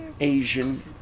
Asian